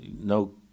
no